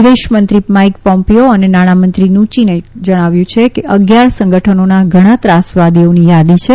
વિદેશ મંત્રી Mike Pompeo અને નાણાં મંત્રી નુચીને જણાવ્યું કે અગીયાર સંગઠનોના ઘણા ત્રાસવાદીઓની યાદી છે